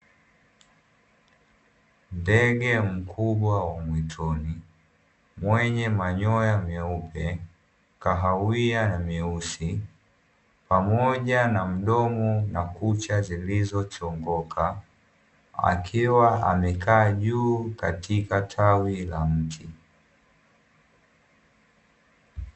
Ndege mkubwa wa mwituni mwenye manyoya meupe, kahawia na meusi pamoja na mdomo na kucha zilizochongoka, akiwa amekaa juu katika tawi la mti.